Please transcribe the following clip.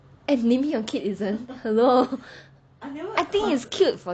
and naming your kid isn't hello I think is cute for